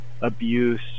abuse